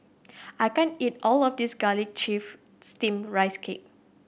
I can't eat all of this Garlic Chives Steamed Rice Cake